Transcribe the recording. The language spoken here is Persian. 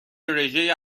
رژه